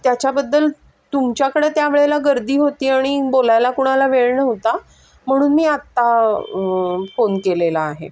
त्याच्याबद्दल तुमच्याकडं त्या वेळेला गर्दी होती आणि बोलायला कुणाला वेळ नव्हता म्हणून मी आत्ता फोन केलेला आहे